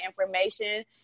information